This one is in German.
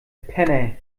penner